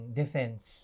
defense